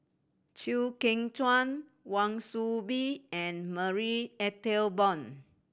Chew Kheng Chuan Wan Soon Bee and Marie Ethel Bong